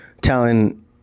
telling